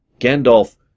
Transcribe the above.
Gandalf